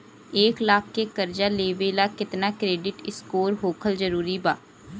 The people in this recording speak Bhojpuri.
एक लाख के कर्जा लेवेला केतना क्रेडिट स्कोर होखल् जरूरी बा?